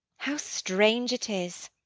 how strange it is!